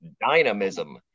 dynamism